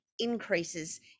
increases